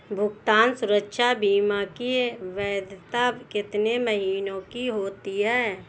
भुगतान सुरक्षा बीमा की वैधता कितने महीनों की होती है?